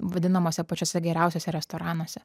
vadinamuose pačiuose geriausiuose restoranuose